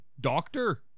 Doctor